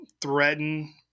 threaten